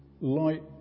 light